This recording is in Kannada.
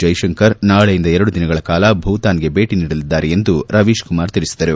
ಜೈಶಂಕರ್ ನಾಳೆಯಿಂದ ಎರಡು ದಿನಗಳ ಕಾಲ ಭೂತಾನ್ಗೆ ಭೇಟ ನೀಡಲಿದ್ದಾರೆ ಎಂದು ರವೀಶ್ ಕುಮಾರ್ ತಿಳಿಸಿದರು